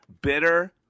Bitter